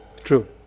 True